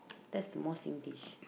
that's the more Singlish